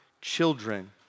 children